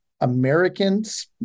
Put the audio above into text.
Americans